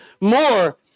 more